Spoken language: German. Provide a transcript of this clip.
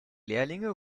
lehrlinge